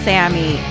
Sammy